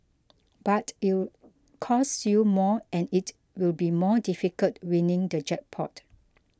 but it'll cost you more and it will be more difficult winning the jackpot